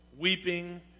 weeping